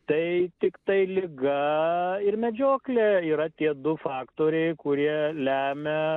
tai tiktai liga ir medžioklė yra tie du faktoriai kurie lemia